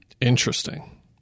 Interesting